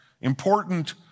Important